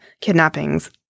kidnappings